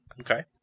Okay